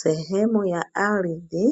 Sehemu ya ardhi